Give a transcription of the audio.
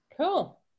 Cool